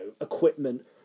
equipment